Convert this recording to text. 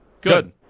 Good